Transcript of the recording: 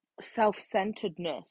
self-centeredness